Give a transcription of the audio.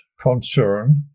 concern